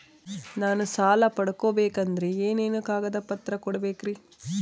ನಾನು ಸಾಲ ಪಡಕೋಬೇಕಂದರೆ ಏನೇನು ಕಾಗದ ಪತ್ರ ಕೋಡಬೇಕ್ರಿ?